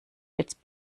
jetzt